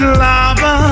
lava